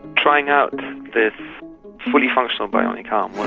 trying out this fully functional bionic um